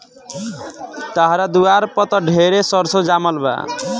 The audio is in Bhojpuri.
तहरा दुआर पर त ढेरे सरसो जामल बा